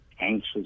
anxious